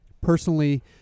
Personally